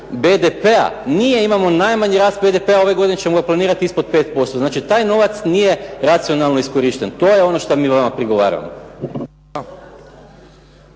BDP-a? Nije, imamo najmanji rast BDP-a. Ove godine ćemo ga planirat ispod 5%. Znači, taj novac nije racionalno iskorišten. To je ono što mi vama prigovaramo.